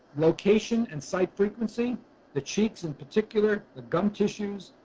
location and site frequency the cheeks in particular, the gum tissues,